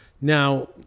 Now